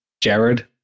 Jared